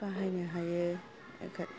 बाहायनो हायो